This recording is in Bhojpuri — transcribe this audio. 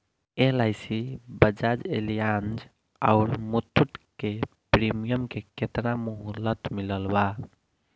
एल.आई.सी बजाज एलियान्ज आउर मुथूट के प्रीमियम के केतना मुहलत मिलल बा?